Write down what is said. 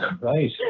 right